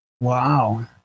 Wow